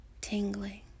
tingling